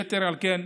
יתר על כן,